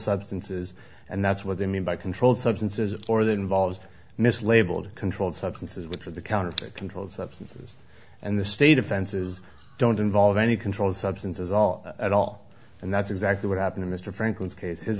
substances and that's what they mean by controlled substances or that involves mislabeled controlled substances which are the counterfeit controlled substances and the state offenses don't involve any controlled substances all at all and that's exactly what happened in mr franklin's case is